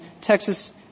Texas